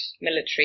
military